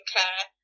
care